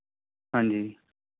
ਹਾਂਜੀ